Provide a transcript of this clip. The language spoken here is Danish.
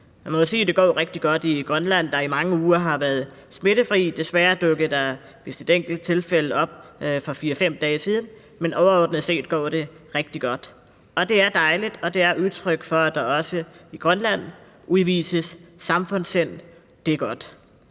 Man må jo sige, at det går rigtig godt i Grønland, der i mange uger har været smittefri. Desværre dukkede der vist et enkelt tilfælde op for 4-5 dage siden, men overordnet set går det rigtig godt. Det er dejligt, og det er udtryk for, at der også i Grønland udvises samfundssind; det er godt.